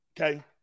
okay